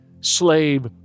slave